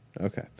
Okay